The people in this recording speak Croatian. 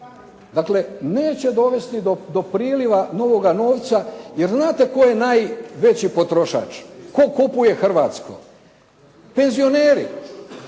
Dakle, neće dovesti do priliva novoga novca jer znate tko je najveći potrošač? Tko kupuje hrvatsko? Penzioneri.